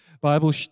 Bible